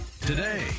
today